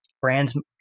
brands